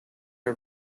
are